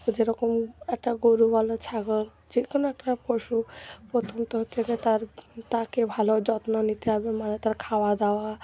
তো যেরকম একটা গরু বলো ছাগল যে কোনো একটা পশু প্রথম তো হচ্ছে যে তার তাকে ভালো যত্ন নিতে হবে মানে তার খাওয়া দাওয়া